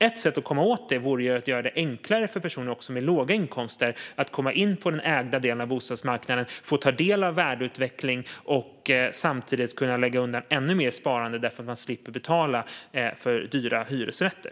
Ett sätt att komma åt detta vore att göra det enklare även för personer med låga inkomster att komma in på marknaden för ägda bostäder och få ta del av värdeutveckling och samtidigt kunna lägga undan ännu mer sparande därför att man slipper betala för dyra hyresrätter.